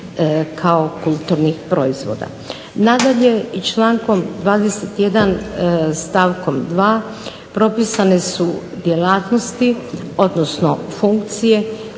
kao kulturnih proizvoda. Nadalje i člankom 21. stavkom 2. propisane su djelatnosti, odnosno funkcije